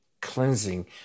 cleansing